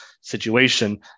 situation